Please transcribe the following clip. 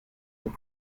and